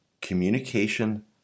communication